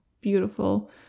beautiful